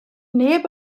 neb